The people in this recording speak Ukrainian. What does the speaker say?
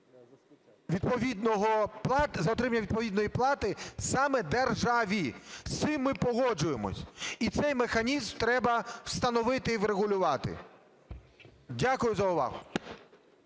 за отримання відповідної плати саме державі. З цим ми погоджуємося. І цей механізм треба встановити і врегулювати. Дякую за увагу.